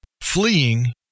fleeing